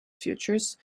features